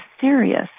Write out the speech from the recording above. serious